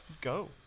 go